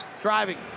driving